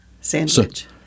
Sandwich